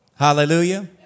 Hallelujah